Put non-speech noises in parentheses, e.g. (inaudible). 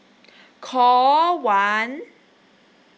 (breath) call one